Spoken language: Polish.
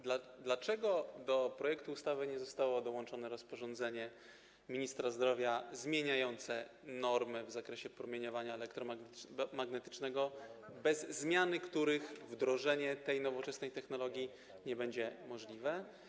Dlaczego do projektu ustawy nie zostało dołączone rozporządzenie ministra zdrowia zmieniające normy w zakresie promieniowania elektromagnetycznego, bez zmiany których wdrożenie tej nowoczesnej technologii nie będzie możliwe?